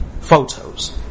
Photos